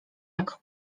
jak